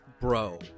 bro